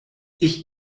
ich